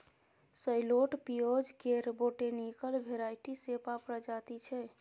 सैलोट पिओज केर botanical variety सेपा प्रजाति छै